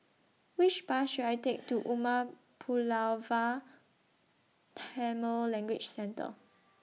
Which Bus should I Take to Umar Pulavar Language Centre